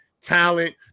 talent